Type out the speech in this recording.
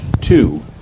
two